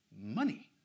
Money